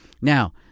Now